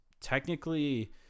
technically